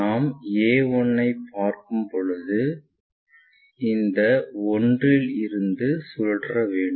நாம் a 1 ஐப் பார்க்கும் பொழுது இதை 1 இல் இருந்து சுற்ற வேண்டும்